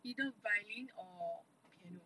either violin or piano